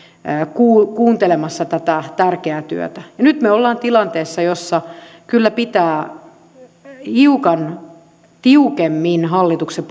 kuuntelemassa tätä tärkeää työtä nyt me olemme tilanteessa jossa kyllä pitää hiukan tiukemmin hallituksen